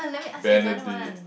Benedict